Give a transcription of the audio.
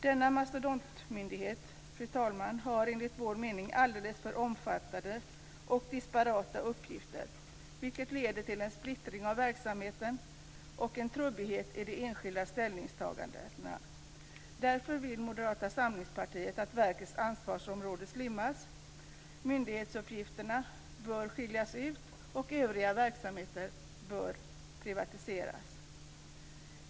Denna mastodontmyndighet, fru talman, har enligt vår mening alldeles för omfattande och disparata uppgifter, vilket leder till en splittring av verksamheten och en trubbighet i de enskilda ställningstagandena. Därför vill Moderata samlingspartiet att verkets ansvarsområde slimmas. Myndighetsuppgifterna bör skiljas ut, och övriga verksamheter bör privatiseras.